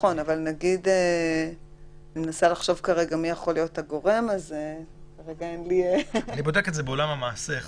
מעניין לבדוק את זה בעולם המעשה איך